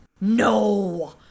no